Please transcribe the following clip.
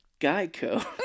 Geico